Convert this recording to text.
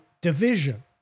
division